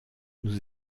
nous